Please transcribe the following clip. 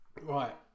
Right